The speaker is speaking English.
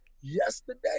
yesterday